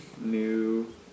new